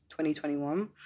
2021